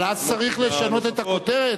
אבל אז צריך לשנות את הכותרת,